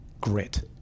grit